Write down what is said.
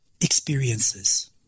Experiences